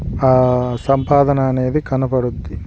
సంపాదన అనేది కనపడుతుంది